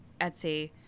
Etsy